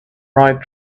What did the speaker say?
right